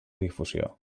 difusió